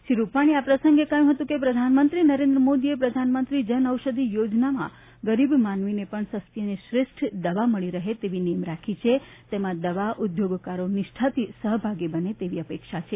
શ્રી રૂપાણીએ ઉમેર્યું હતું કે પ્રધાનમંત્રી નરેન્દ્ર મોદીએ પ્રધાનમંત્રી જનઔષધિ યોજનામાં ગરીબ માનવીને પજ્ઞ સસ્તી અને શ્રેષ્ઠ દવા મળે તેવી નેમ રાખી છે તેમાં દવા ઊદ્યોગકારો નિષ્ઠાથી સહભાગી બને તેવી અપેક્ષા છે